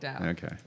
Okay